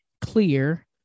clear